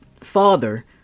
father